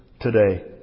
today